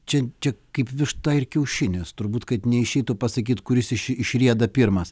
čia čia kaip višta ir kiaušinis turbūt kad neišeitų pasakyt kuris iš išrieda pirmas